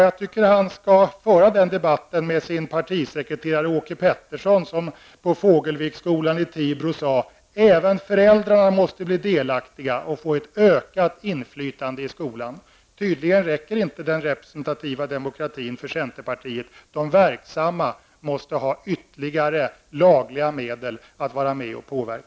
Jag tycker att han skall föra den debatten med partisekreteraren ''Även föräldrarna måste bli delaktiga och få ett ökat inflytande i skolan.'' Tydligen räcker inte den representativa demokratin för centern. De verksamma måste ha ytterligare lagliga medel att vara med och påverka.